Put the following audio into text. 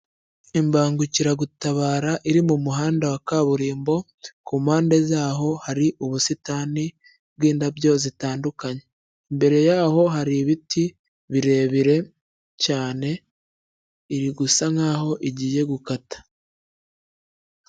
Imbangukiragutabara iri mu muhanda wa kaburimbo, kumpande zaho hari ubusitani bwindabyo zitandukanye. Imbere yaho hari ibiti birebire cyane, iri gusa nkaho igiye gukata.